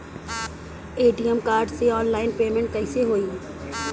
ATM card से online payment कैसे होई?